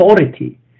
authority